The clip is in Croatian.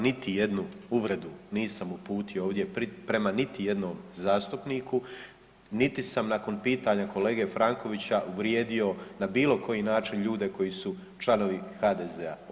Niti jednu uvredu nisam uputio ovdje prema niti jednom zastupniku, niti sam nakon pitanja kolege Frankovića uvrijedio na bilo koji način ljude koji su članovi HDZ-a.